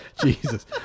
Jesus